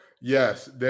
Yes